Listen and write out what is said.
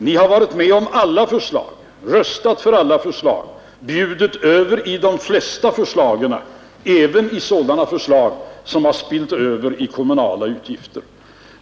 Ni har varit med om alla förslag, röstat för alla förslag, bjudit över i de flesta förslagen, även i sådana förslag som spillt över i kommunala utgifter.